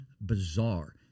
bizarre